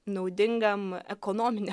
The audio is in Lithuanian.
naudingam ekonomine